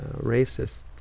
racist